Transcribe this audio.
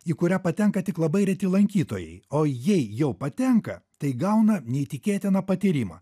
į kurią patenka tik labai reti lankytojai o jei jau patenka tai gauna neįtikėtiną patyrimą